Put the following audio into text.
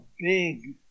big